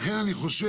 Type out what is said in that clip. לכן אני חושב,